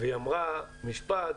היא אמרה משפט